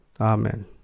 Amen